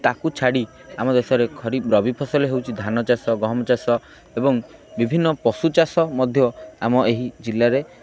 ତାକୁ ଛାଡ଼ି ଆମ ଦେଶରେ ଖରିଫ୍ ରବି ଫସଲ ହେଉଛି ଧାନ ଚାଷ ଗହମ ଚାଷ ଏବଂ ବିଭିନ୍ନ ପଶୁ ଚାଷ ମଧ୍ୟ ଆମ ଏହି ଜିଲ୍ଲାରେ